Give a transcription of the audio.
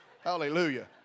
Hallelujah